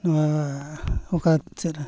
ᱱᱚᱣᱟ ᱚᱠᱟ ᱥᱮᱫᱨᱮ